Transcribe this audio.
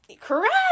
correct